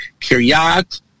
Kiryat